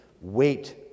Wait